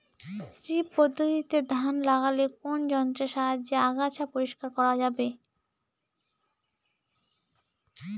শ্রী পদ্ধতিতে ধান লাগালে কোন যন্ত্রের সাহায্যে আগাছা পরিষ্কার করা যাবে?